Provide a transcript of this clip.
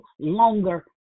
longer